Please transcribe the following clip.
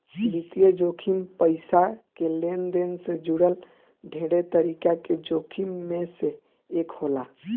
वित्तीय जोखिम पईसा के लेनदेन से जुड़ल ढेरे तरीका के जोखिम में से एक होला